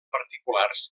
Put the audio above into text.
particulars